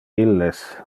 illes